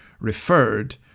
referred